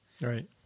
Right